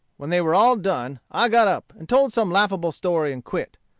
when they were all done, i got up and told some laughable story, and quit.